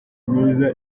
mwiza